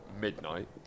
midnight